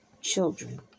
children